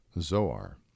Zoar